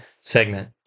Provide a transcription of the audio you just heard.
segment